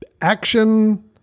action